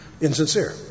insincere